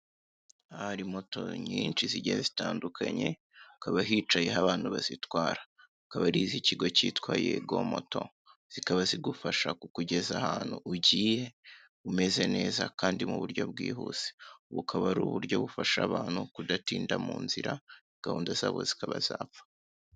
Aha hari moto nyinshi zigiye zitandukanyu hakaba hicayeho abantu bazitwara akaba ari iz'ikigo kitwa yego moto zikaba zigufasha kukugeza ahantu ugiye umeze neza kandi mu buryo bwihuse bukaba ari uburyo bufasha abantu kudatinda mu nzira gahunda zabo zikaba zapfa.